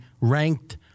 ranked